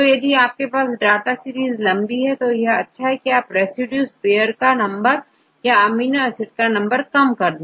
तो यदि आपकी डाटा सीरीज लंबी हो तो यह अच्छा होगा कि हम रेसिड्यू पेयर का नंबर या अमीनो एसिड का नंबर कम कर दे